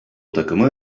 takımı